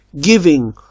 giving